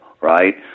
right